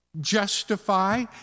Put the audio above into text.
justify